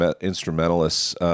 instrumentalists